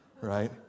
right